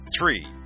Three